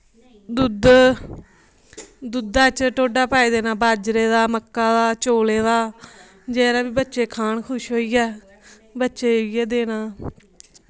दूध दूधै च टोडा पाई देना बाजरे दा मक्कें दा जेह्ड़ा बी बच्चे खान खुश होईऐ बच्चे गी उऐ देना